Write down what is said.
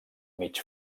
mig